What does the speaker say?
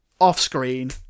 off-screen